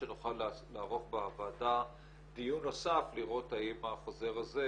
שנוכל לערוך בוועדה דיון נוסף לראות האם החוזר הזה